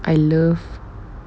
I love